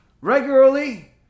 regularly